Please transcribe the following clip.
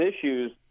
issues